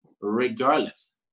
regardless